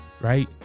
Right